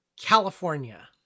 California